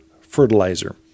fertilizer